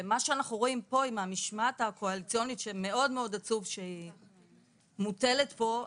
מה שאנחנו רואים פה עם המשמעת הקואליציונית שמאוד מאוד עצוב שמוטלת פה,